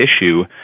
issue